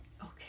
Okay